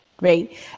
right